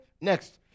next